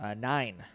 nine